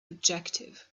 objective